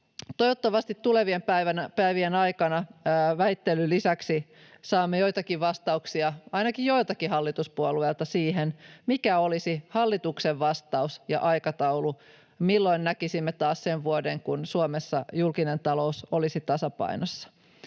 Toivottavasti tulevien päivien aikana väittelyn lisäksi saamme joitakin vastauksia ainakin joiltakin hallituspuolueilta siihen, mikä olisi hallituksen vastaus ja aikataulu siihen, milloin näkisimme taas sen vuoden, kun Suomessa julkinen talous olisi tasapainossa.